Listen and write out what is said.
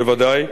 בוודאי,